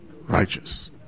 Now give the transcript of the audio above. righteous